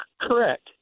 Correct